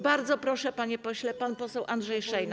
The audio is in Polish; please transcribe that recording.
Bardzo proszę, panie pośle, pan poseł Andrzej Szejna.